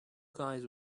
guys